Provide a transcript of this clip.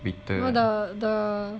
the the